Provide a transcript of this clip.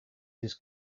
his